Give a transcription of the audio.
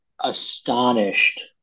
astonished